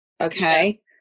Okay